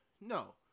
No